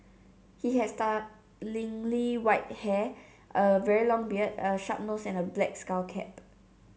he had startlingly white hair a very long beard a sharp nose and a black skull cap